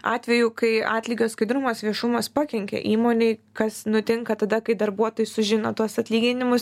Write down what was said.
atvejų kai atlygio skaidrumas viešumas pakenkė įmonei kas nutinka tada kai darbuotojai sužino tuos atlyginimus